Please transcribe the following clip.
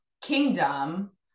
kingdom